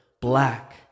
black